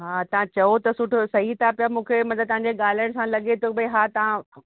हा तव्हां चयो त सुठो सही था पिया मूंखे मतलबु तव्हांजे ॻाल्हाइण सां लॻे थो भई हा तव्हां